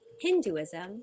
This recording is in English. Hinduism